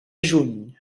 juny